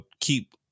keep